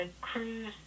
cruise